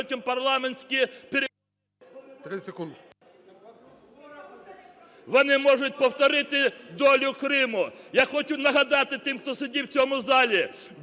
вони можуть повторити долю Криму. Я хочу нагадати тим, хто сидів у цьому залі,